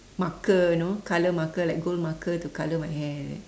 marker you know colour marker like gold marker to colour my hair